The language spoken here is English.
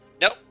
Nope